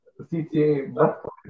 CTA